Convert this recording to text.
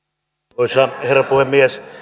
arvoisa herra puhemies